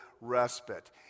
respite